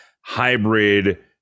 hybrid